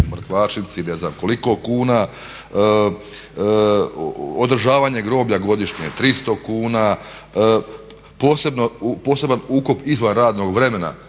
mrtvačnici ne znam koliko kuna, održavanje groblja godišnje 300 kuna, poseban ukop izvan radnog vremena